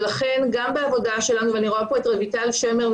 לכן גם בעבודה שלנו ואני רואה כאן את רויטל שמר,